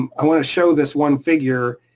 um i wanna show this one figure.